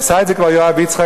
עשה את זה כבר יואב יצחק,